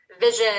vision